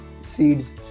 seeds